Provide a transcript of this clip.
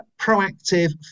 proactive